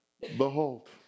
Behold